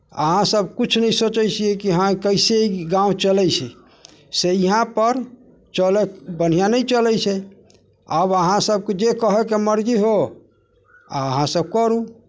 अहाँसभ किछु नहि सोचैत छियै कि हँ कइसे ई गाम चलैत छै से यहाँपर चलत बढ़िआँ नहि चलैत छै आब अहाँसभके जे कहैके मर्जी हो अहाँसभ करू